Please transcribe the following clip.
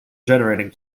generating